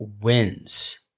wins